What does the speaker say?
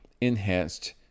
enhanced